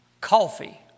coffee